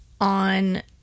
on